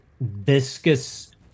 viscous